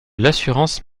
l’assurance